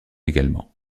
également